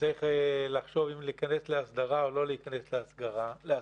שצריך לחשוב אם להיכנס להסדרה או לא להיכנס להסדרה,